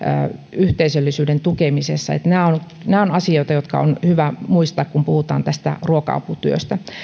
yhteisöllisyyden tukemisessa nämä ovat nämä ovat asioita jotka on hyvä muistaa kun puhutaan tästä ruoka aputyöstä